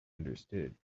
understood